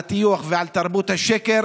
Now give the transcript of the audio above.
על הטיוח ועל תרבות השקר,